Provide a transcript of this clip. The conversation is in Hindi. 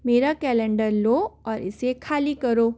मेरा कैलेंडर लो और इसे खाली करो